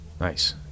Nice